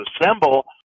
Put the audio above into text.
assemble